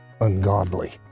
ungodly